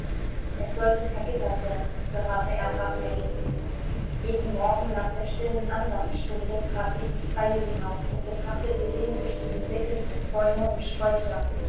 es sollte vergittert werden beharrte er hartnäckig jeden morgen nach der stillen andachtsstunde trat sie ins freie hinaus und betrachtete sehnsüchtigen blickes bäume und sträucher